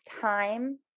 time